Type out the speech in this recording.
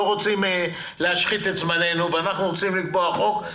רוצים להשחית את זמננו אלא רוצים לקבוע חוק,